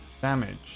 Damage